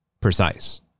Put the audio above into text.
precise